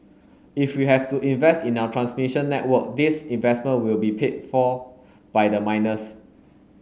if we have to invest in our transmission network these investment will be paid for by the miners